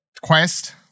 Quest